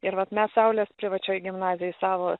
ir vat mes saulės privačioj gimnazijoj savo